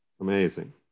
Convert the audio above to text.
Amazing